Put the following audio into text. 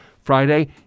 Friday